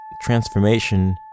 transformation